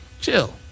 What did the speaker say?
chill